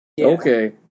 Okay